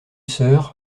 sœur